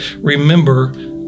remember